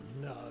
no